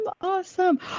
Awesome